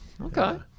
Okay